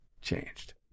changed